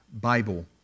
Bible